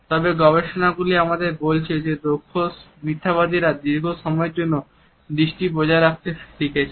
তবে গবেষণা গুলি আমাদের বলেছে যে দক্ষ মিথ্যাবাদীরা দীর্ঘ সময়ের জন্য দৃষ্টি বজায় রাখতে শিখেছে